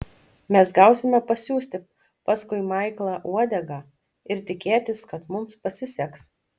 mes gausime pasiųsti paskui maiklą uodegą ir tikėtis kad mums pasiseks